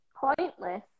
pointless